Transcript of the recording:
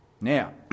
Now